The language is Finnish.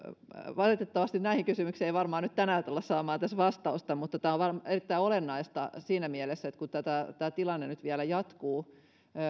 valitettavasti näihin kysymyksiin ei varmaan nyt tänään tulla saamaan tässä vastausta mutta tämä on erittäin olennaista siinä mielessä että kun tämä tilanne nyt vielä jatkuu